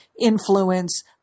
influence